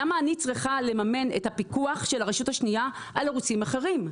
למה אני צריכה לממן את הפיקוח של הרשות השנייה על ערוצים אחרים?